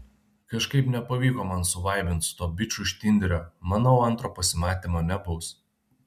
kažkaip nepavyko man suvaibint su tuo biču iš tinderio manau antro pasimatymo nebus